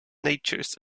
natures